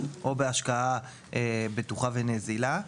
או בהשקעה בטוחה ונזילה.